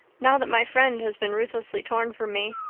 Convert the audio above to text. now that my friend has been ruthlessly torn from me.